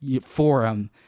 forum